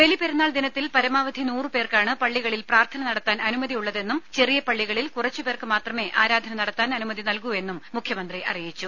ബലിപെരുന്നാൾ ദിനത്തിൽ പരമാവധി നൂറുപേർക്കാണ് പള്ളികളിൽ പ്രാർത്ഥന നടത്താൻ അനുമതിയുള്ളതെന്നും ചെറിയ പള്ളികളിൽ കുറച്ചു പേർക്ക് മാത്രമേ ആരാധന നടത്താൻ അനുമതി നൽകൂവെന്നും മുഖ്യമന്ത്രി അറിയിച്ചു